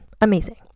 Amazing